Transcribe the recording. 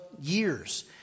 years